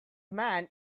man